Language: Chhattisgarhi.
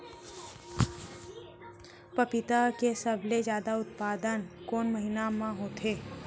पपीता के सबले जादा उत्पादन कोन महीना में होथे?